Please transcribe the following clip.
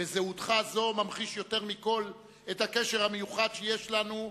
בזהותך זו ממחיש יותר מכול את הקשר שיש לנו,